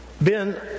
Ben